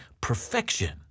perfection